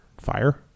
fire